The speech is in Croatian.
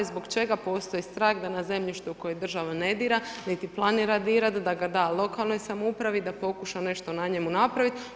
Zbog čega postoji strah da na zemljištu koje država ne dira niti planira dirati da ga da lokalnoj samoupravi da pokuša nešto na njemu napraviti?